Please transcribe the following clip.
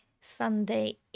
Sunday